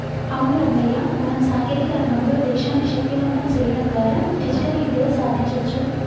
అవును రంగయ్య మనం సాంకేతిక రంగంలో దేశాన్ని శక్తివంతం సేయడం ద్వారా డిజిటల్ ఇండియా సాదించొచ్చు